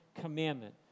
commandment